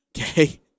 Okay